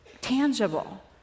tangible